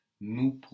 Nous